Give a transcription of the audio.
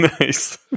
Nice